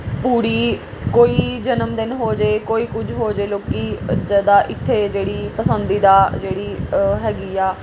ਪੂਰੀ ਕੋਈ ਜਨਮਦਿਨ ਹੋ ਜਾਵੇ ਕੋਈ ਕੁਝ ਹੋ ਜਾਵੇ ਲੋਕ ਜ਼ਿਆਦਾ ਇੱਥੇ ਜਿਹੜੀ ਪਸੰਦੀਦਾ ਜਿਹੜੀ ਹੈਗੀ ਆ